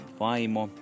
vaimo